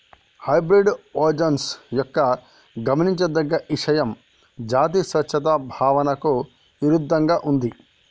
hybrid ఓజస్సు యొక్క గమనించదగ్గ ఇషయం జాతి స్వచ్ఛత భావనకు ఇరుద్దంగా ఉంది